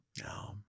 No